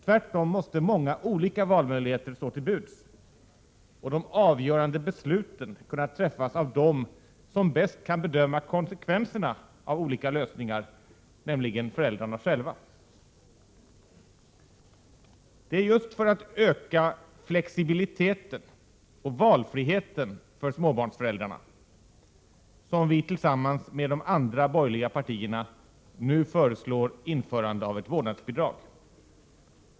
Tvärtom måste många olika valmöjligheter stå till buds och de avgörande besluten kunna träffas av dem som bäst kan bedöma konsekvenserna av olika lösningar, nämligen föräldrarna själva. Det är just för att öka flexibiliteten och valfriheten för småbarnsföräldrarna som vi, tillsammans med de andra borgerliga partierna, nu föreslår införande av ett vårdnadsbidrag.